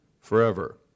forever